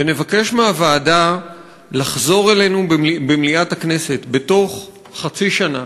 ונבקש מהוועדה לחזור אלינו במליאת הכנסת תוך חצי שנה